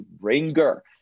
ringer